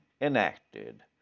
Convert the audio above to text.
enacted